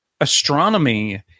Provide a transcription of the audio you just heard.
Astronomy